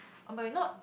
oh but we not